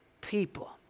people